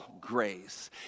grace